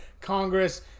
Congress